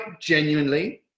genuinely